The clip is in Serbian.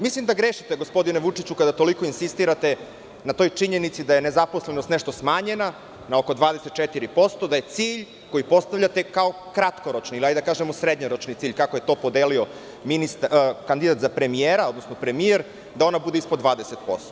Mislim da grešite gospodine Vučiću kada toliko insistirate na toj činjenici da je nezaposlenost nešto smanjena na oko 24%, da je cilj koji postavljate kao kratkoročni, da kažemo srednjoročni cilj, kako je to podelio kandidat za premijera, odnosno premijer, da ono bude ispod 20%